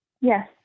Yes